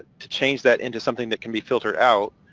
to change that into something that can be filtered out,